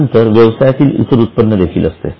यानंतर व्यवसायात इतर उत्पन्न देखील असते